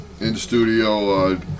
in-studio